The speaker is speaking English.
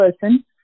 person